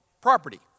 property